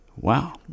Wow